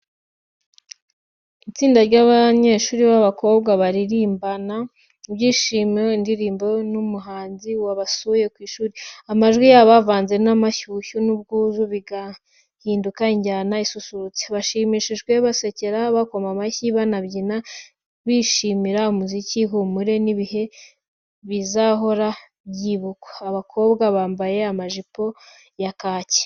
Itsinda ry’abanyeshuri b'abakobwa baririmbana ibyishimo indirimbo iririmbwa n’umuhanzi wabasuye ku ishuri. Amajwi yabo avanze n’amashyushyu n’ubwuzu, bigahinduka injyana isusurutsa. Bashimishijwe, baraseka, bakoma mu mashyi, banabyina, bishimira umuziki, ihumure, n’ibihe bizahora byibukwa. Abakobwa bambaye amajipo ya kacyi.